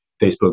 Facebook